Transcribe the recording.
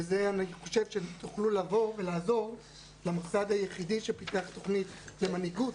בזה אני חושב שתוכלו לעזור למוסד היחיד שפיתח תוכנית למנהיגות